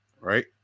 right